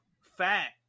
Fat